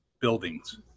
buildings